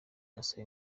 asaba